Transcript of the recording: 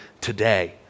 today